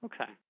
Okay